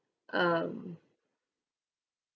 um